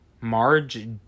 marge